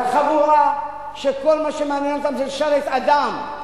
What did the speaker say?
זו חבורה שכל מה שמעניין אותה זה לשרת אדם.